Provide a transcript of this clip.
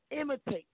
imitate